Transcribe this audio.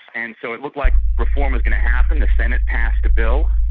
and so it looked like reform was going to happen, the senate passed a bill.